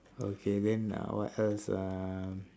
okay then uh what else uh